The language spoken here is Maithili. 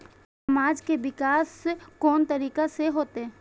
समाज के विकास कोन तरीका से होते?